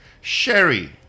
Sherry